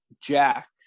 Jack